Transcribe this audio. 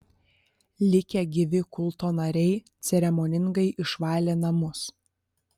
likę gyvi kulto nariai ceremoningai išvalė namus